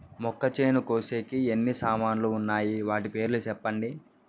మొక్కచేను కోసేకి ఎన్ని సామాన్లు వున్నాయి? వాటి పేర్లు సెప్పండి?